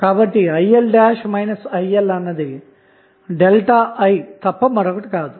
కాబట్టి IL' IL అన్నది ΔI తప్ప మరొకటి కాదు